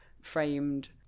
framed